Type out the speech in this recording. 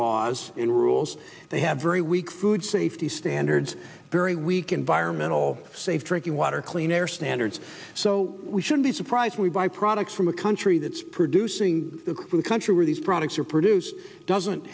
laws and rules they have very weak food safety standards very weak environmental safe drinking water clean air standards so we should be surprise we buy products from a country that's producing country where these products are produced doesn't